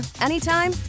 anytime